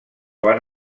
van